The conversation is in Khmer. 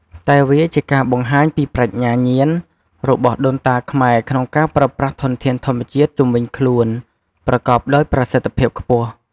តែវាជាការបង្ហាញពីប្រាជ្ញាញាណរបស់ដូនតាខ្មែរក្នុងការប្រើប្រាស់ធនធានធម្មជាតិជុំវិញខ្លួនប្រកបដោយប្រសិទ្ធភាពខ្ពស់។